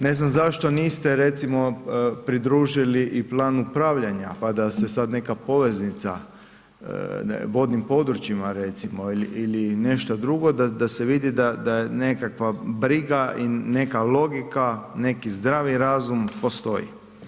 Ne znam zašto niste recimo pridružili i plan upravljanja pa da se sada neka poveznica, vodnim područjima recimo ili nešto drugo, da se vidi da je nekakva briga i neka logika, neki zdravi razum postoji.